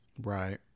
right